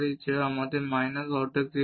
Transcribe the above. যা আমাদের minus half দেবে